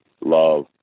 love